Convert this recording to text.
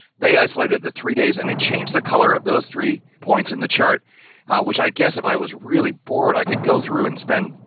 they isolated the three days and they changed the color of those three points in the chart which i guess, if i was really bored, i could go through and spend,